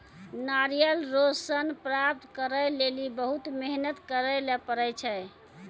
नारियल रो सन प्राप्त करै लेली बहुत मेहनत करै ले पड़ै छै